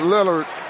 Lillard